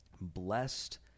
Blessed